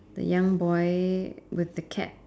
the young boy with the cap